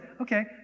Okay